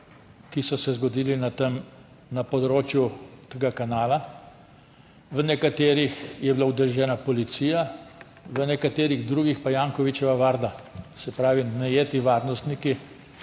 ki so se zgodili na področju tega kanala. V nekaterih je bila udeležena policija, v nekaterih drugih pa Jankovićeva varda, se pravi najeti varnostniki,